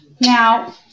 Now